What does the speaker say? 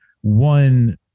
one